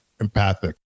empathic